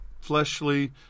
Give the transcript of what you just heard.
fleshly